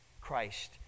Christ